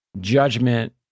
judgment